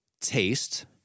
taste